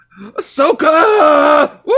Ahsoka